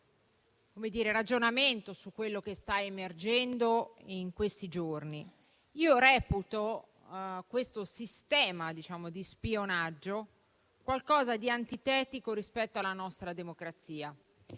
di ragionamento su quello che sta emergendo negli ultimi giorni. Io reputo questo sistema di spionaggio qualcosa di antitetico rispetto alla nostra democrazia